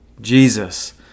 Jesus